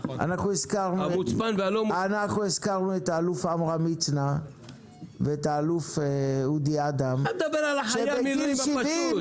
את האלוף עמרם מצנע ואת האלוף אודי אדם שהיו